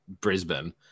Brisbane